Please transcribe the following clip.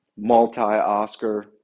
multi-Oscar